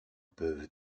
peuvent